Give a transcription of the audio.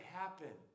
happen